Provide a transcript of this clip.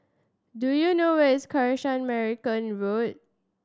do you know where is Kanisha Marican Road